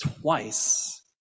twice